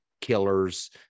killers